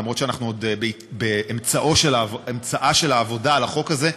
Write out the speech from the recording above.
למרות שאנחנו עוד באמצע העבודה על החוק הזה,